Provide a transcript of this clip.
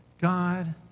God